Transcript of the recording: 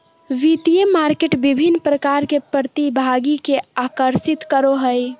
वित्तीय मार्केट विभिन्न प्रकार के प्रतिभागि के आकर्षित करो हइ